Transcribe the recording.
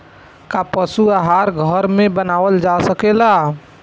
का पशु आहार घर में बनावल जा सकेला?